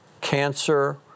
cancer